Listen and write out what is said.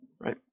right